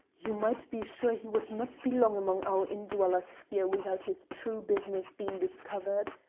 you might be sure he would not be long among our indwellers here without his true business being discovered.